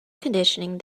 conditioning